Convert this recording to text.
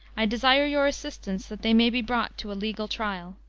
i desire your assistance, that they may be brought to a legal trial.